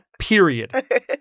period